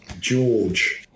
George